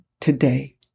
today